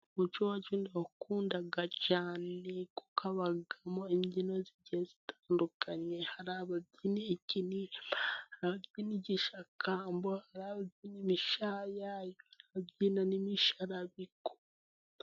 Umuco wacu ndawukunda cyane kuko habamo imbyino zigiye zitandukanye, hari ababyina ikinimba, hari ababyina igishakamba, hari ababyina imishayayo, hari ababyina n'imisharabiki.